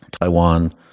Taiwan